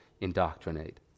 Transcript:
indoctrinate